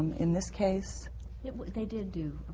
in this case they did do